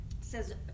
says